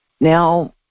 Now